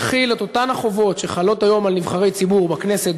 תחיל את אותן החובות שחלות היום על נבחרי ציבור בכנסת,